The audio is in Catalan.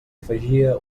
afegia